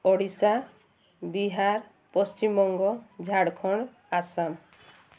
Odisha Bihar Paschimbanga Jharkhand Assam